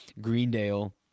Greendale